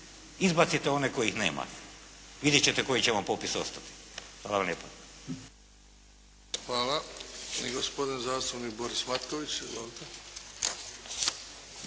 Izbacite one kojih nema. Vidjet ćete koji će vam popis ostati. **Bebić, Luka (HDZ)** Hvala.